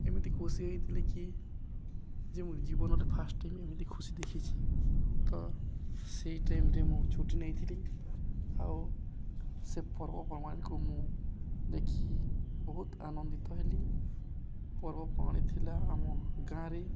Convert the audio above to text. ଏମିତି ଖୁସି ହେଇଥିଲି କି ଯେ ମଁ ଜୀବନରେ ଫାଷ୍ଟ ଟାଇମ୍ ଏମିତି ଖୁସି ଦେଖିଛି ତ ସେଇ ଟାଇମରେ ମୁଁ ଛୁଟି ନେଇଥିଲି ଆଉ ସେ ପର୍ବପର୍ବାଣୀକୁ ମୁଁ ଦେଖି ବହୁତ ଆନନ୍ଦିତ ହେଲି ପର୍ବପର୍ବାଣି ଥିଲା ଆମ ଗାଁରେ